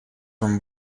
from